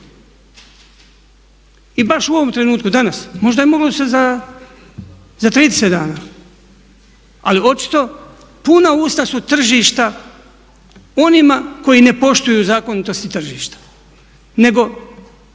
I baš u ovom trenutku danas. Možda je moglo se za 30 dana. Ali očito puna usta su tržišta onima koji ne poštuju zakonitosti tržišta, nego